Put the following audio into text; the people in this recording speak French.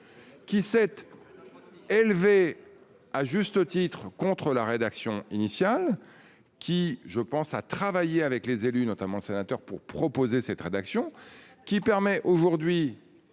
Qui. Élevé. À juste titre contre la rédaction initiale qui je pense à travailler avec les élus notamment sénateur pour proposer cette rédaction qui permet aujourd'hui